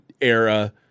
era